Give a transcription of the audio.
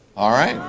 all right,